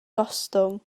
gostwng